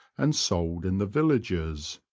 and sold in the villages.